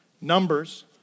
Numbers